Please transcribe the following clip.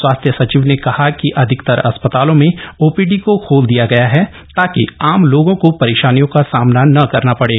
स्वास्थ्य सचिव ने कहा कि अधिकतर अस्पतालों में ओपीडी को खोल दिया गया है ताकि आम लोगों को परेशानियों का सामना न करना पड़े